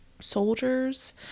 soldiers